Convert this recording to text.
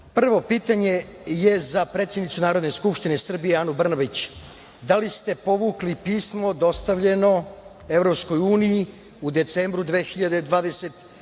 pitanje je za predsednicu Narodne skupštine Srbije, Anu Brnabić, da li ste povukli pismo dostavljeno EU u decembru 2023.